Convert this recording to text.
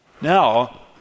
Now